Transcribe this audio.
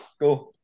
go